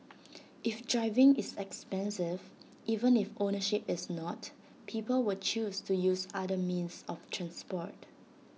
if driving is expensive even if ownership is not people will choose to use other means of transport